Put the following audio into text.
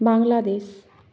Bangladesh